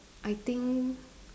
I think